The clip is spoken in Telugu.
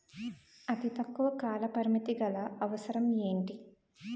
అతి తక్కువ కాల పరిమితి గల అవసరం ఏంటి